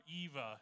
Eva